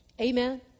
Amen